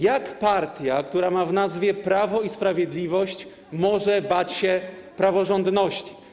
Jak partia, która ma w nazwie prawo i sprawiedliwość, może bać się praworządności?